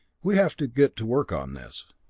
we have to get to work on this.